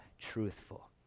truthful